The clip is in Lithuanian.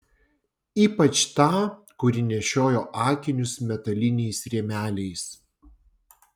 ypač tą kuri nešiojo akinius metaliniais rėmeliais